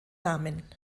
namen